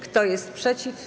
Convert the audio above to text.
Kto jest przeciw?